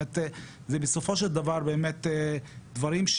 הדבר שמאוד חסר,